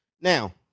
Now